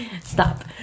stop